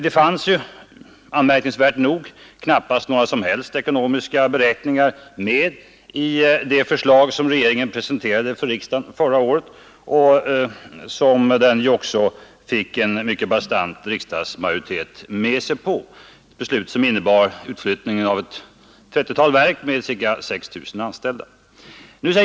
Det fanns ju, märkvärdigt nog, knappast några som helst ekonomiska beräkningar med i det förslag som regeringen presenterade för riksdagen förra året och som den också fick en mycket bastant riksdagsmajoritet med sig på, ett beslut som innebar utflyttning av ett 30-tal verk med ca 6 000 anställda.